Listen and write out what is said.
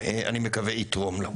לא היה מתקן מיוחד.